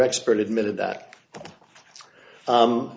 expert admitted that